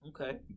Okay